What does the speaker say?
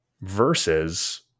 versus